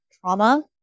trauma